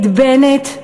את בנט,